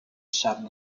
shot